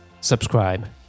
subscribe